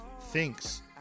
thinks